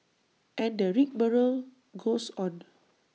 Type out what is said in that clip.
and the rigmarole goes on